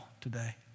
today